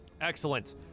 Excellent